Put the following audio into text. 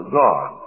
god